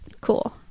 cool